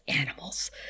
animals